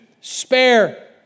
spare